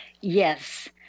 Yes